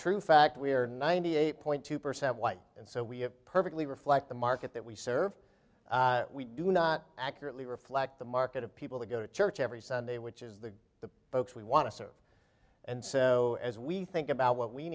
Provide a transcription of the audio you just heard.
true fact we are ninety eight point two percent white and so we have perfectly reflect the market that we serve we do not accurately reflect the market of people who go to church every sunday which is the the folks we want to serve and so as we think about what we